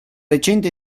recente